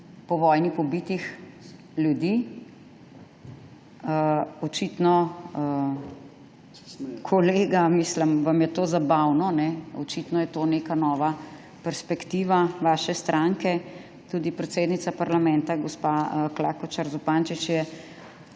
po vojni pobitih ljudi. Očitno, kolega, vam je to zabavno. Očitno je to neka nova perspektiva vaše stranke. Tudi predsednica parlamenta gospa Klakočar Zupančič je